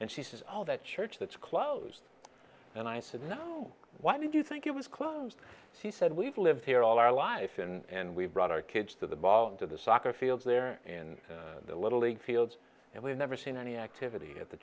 and she says oh that church that's closed and i said no why did you think it was closed she said we've lived here all our life and we've brought our kids to the ball into the soccer fields there in the little league fields and we never seen any activity at the